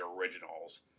originals